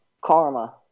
Karma